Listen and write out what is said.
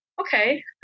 okay